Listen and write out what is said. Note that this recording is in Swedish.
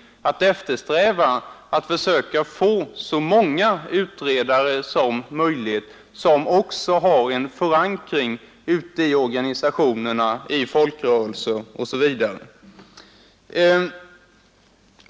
— att eftersträva att försöka få så många utredare som möjligt, som också har en förankring ute i organisationerna, i folkrörelser osv.